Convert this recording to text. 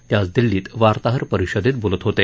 ते आज दिल्लीत वार्ताहर परिषदेत बोलत होते